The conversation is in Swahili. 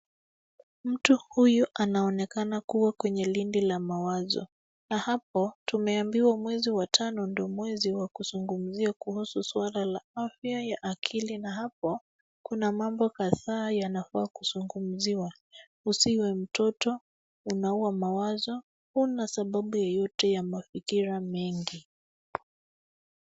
Mtu huyu anaonekana kuwa kwenye lindi la mawazo. Na hapo, tumeambiwa mwezi wa tano ndio mwezi wa kuzungumzia kuhusu swala la afya ya akili. Na hapo, kuna mambo kadhaa yanafaa kuzungumziwa, usiwe mtoto, unaua mawazo, huna sababu yoyote ya mafikira mengi.